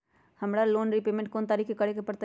हमरा loan repayment कोन तारीख के करे के परतई?